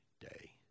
day